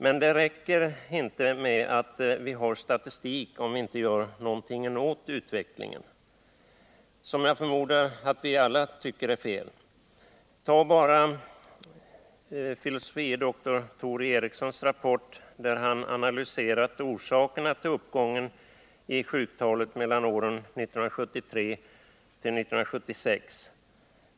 Men det räcker inte med att vi harstatistik, om vi inte gör någonting åt en utveckling som jag förmodar att vi alla tycker är fel. Ta bara den rapport där fil. dr Tor E. Eriksen har analyserat orsakerna till uppgången i sjuktalet mellan åren 1973 och 1976!